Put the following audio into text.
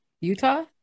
Utah